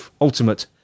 ultimate